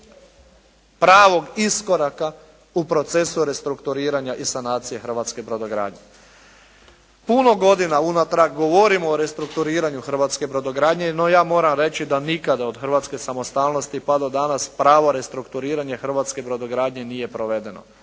pravog iskoraka u procesu restrukturiranja i sanacije hrvatske brodogradnje. Puno godina unatrag govorimo o restrukturiranju hrvatske brodogradnje, no ja moram reći da nikada do hrvatske samostalnosti pa do danas, pravo restrukturiranja hrvatske brodogradnje nije provedeno.